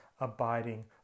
abiding